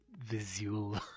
visual